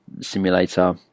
simulator